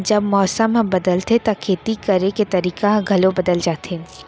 जब मौसम ह बदलथे त खेती करे के तरीका ह घलो बदल जथे?